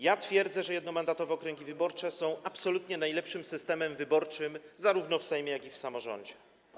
Ja twierdzę, że jednomandatowe okręgi wyborcze są absolutnie najlepszym systemem wyborczym zarówno w wypadku Sejmu, jak i w samorządu.